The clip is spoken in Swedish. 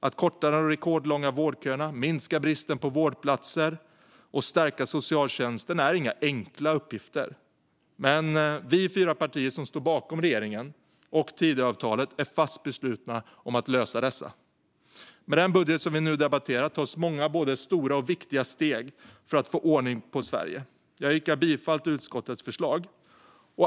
Att korta de rekordlånga vårdköerna, minska bristen på vårdplatser och stärka socialtjänsten är inte enkla uppgifter, men vi fyra partier som står bakom regeringen och Tidöavtalet är fast beslutna att lösa dem. Med den budget vi nu debatterar tas många både stora och viktiga steg för att få ordning på Sverige. Jag yrkar bifall till utskottets förslag.